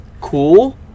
cool